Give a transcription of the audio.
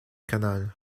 canal